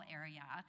area